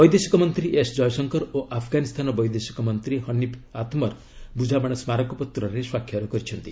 ବୈଦେଶିକ ମନ୍ତ୍ରୀ ଏସ୍ ଜୟଶଙ୍କର ଓ ଆଫ୍ଗାନିସ୍ତାନ ବୈଦେଶିକ ମନ୍ତ୍ରୀ ହନିଫ୍ ଆତ୍ମର୍ ବୁଝାମଣା ସ୍କାରକପତ୍ରରେ ସ୍ୱାକ୍ଷର କରିଛନ୍ତି